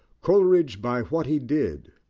coleridge, by what he did,